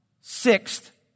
Sixth